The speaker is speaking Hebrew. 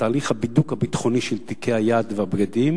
בתהליך הבידוק הביטחוני של תיקי היד והבגדים,